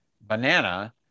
banana